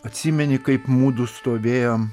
atsimeni kaip mudu stovėjom